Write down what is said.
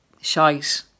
shite